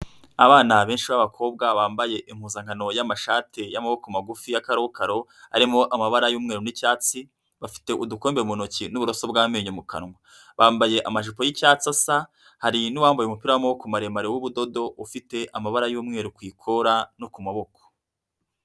Abana benshi b'abakobwa bambaye impuzankano y'amashati y'amaboko magufi y'akarokaro, harimo amabara y'umweru n'icyatsi, bafite udukombe mu ntoki n'uburoso bw'amenyo mu kanwa, bambaye amajipo y'icyatsi asa, hari n'uwambaye umupira w'amaboko maremare w'ubudodo ufite amabara y'umweru ku ikora no ku maboko.